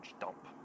dump